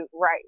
Right